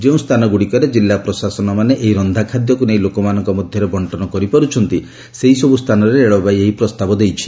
ଯେଉଁ ସ୍ଥାନଗୁଡ଼ିକରେ ଜିଲ୍ଲା ପ୍ରଶାସନମାନେ ଏହି ରନ୍ଧାଖାଦ୍ୟକୁ ନେଇ ଲୋକମାନଙ୍କ ମଧ୍ୟରେ ବଣ୍ଟନ କରିପାରୁଛନ୍ତି ସେହିସବୁ ସ୍ଥାନରେ ରେଳବାଇ ଏହି ପ୍ରସ୍ତାବ ଦେଇଛି